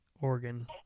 Oregon